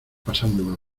pasándome